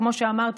וכמו שאמרתי,